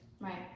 Right